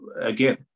Again